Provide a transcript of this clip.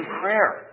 prayer